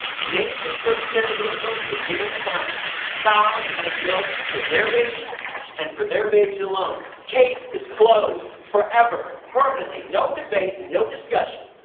nature took care of this one at the beginning of time cows make milk for their babies and for their babies alone. case is closed! forever! permanently! no debate. no discussion.